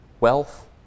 wealth